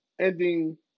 ending